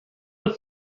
were